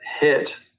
hit